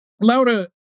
Laura